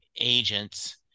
agents